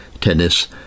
tennis